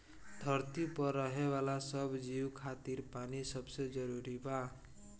धरती पर रहे वाला सब जीव खातिर पानी सबसे जरूरी बा